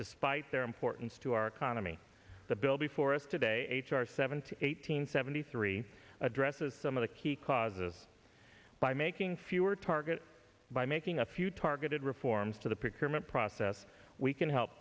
despite their importance to our economy the bill before us today h r seventy eight hundred seventy three addresses some of the key causes by making fewer target by making a few targeted reforms to the picture meant process we can help